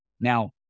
Now